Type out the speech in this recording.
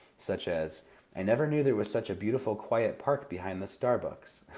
such as i never knew there was such a beautiful quiet park behind the starbucks,